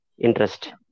Interest